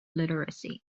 literacy